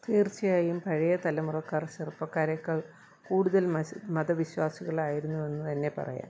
തീർച്ചയായും പഴയ തലമുറക്കാർ ചെറുപ്പക്കാരേക്കാൾ കൂടുതൽ മതവിശ്വാസികളായിരുന്നു എന്നുതന്ന പറയാം